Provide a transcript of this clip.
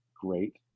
great